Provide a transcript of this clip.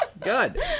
Good